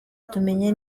tumenye